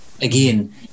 Again